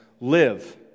live